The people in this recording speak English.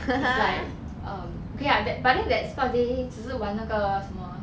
it's like um okay lah that but then that sports day 只是玩那个什么